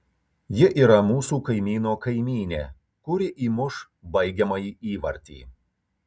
ji yra mūsų kaimyno kaimynė kuri įmuš baigiamąjį įvartį